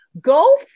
go